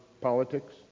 politics